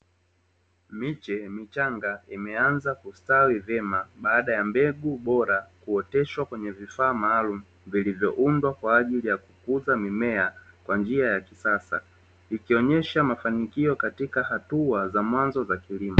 Miche michanga imeanza kustawi vyema baada ya mbegu bora kuoteshwa kwenye vifaa maalumu vilivyoundwa kwa ajili ya kukuza mimea kwa njia ya kisasa, ikionyesha mafanikio katika hatua za mwanzo za kilimo.